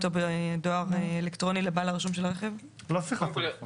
או בדואר אלקטרוני לבעל הרשום של הרכב." לא שיחה טלפונית.